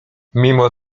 mimo